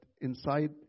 inside